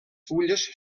fulles